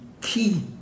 key